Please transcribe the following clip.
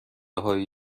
هایی